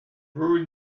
brewed